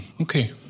Okay